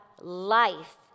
life